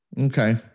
Okay